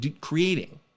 creating